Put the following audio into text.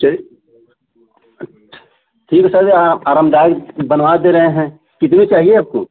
चल ठीक है सर आरामदायक बनवा दे रहे हैं कितनी चाहिए आपको